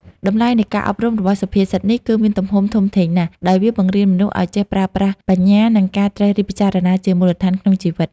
តម្លៃនៃការអប់រំរបស់សុភាសិតនេះ គឺមានទំហំធំធេងណាស់ ដោយវាបង្រៀនមនុស្សឱ្យចេះប្រើប្រាស់បញ្ញា និងការត្រិះរិះពិចារណាជាមូលដ្ឋានក្នុងជីវិត។